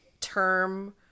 term